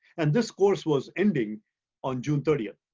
and this course was ending on june thirtieth.